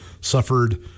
suffered